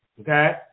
Okay